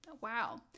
wow